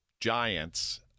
giants